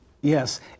Yes